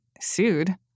sued